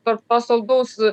tarp to saldaus